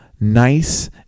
nice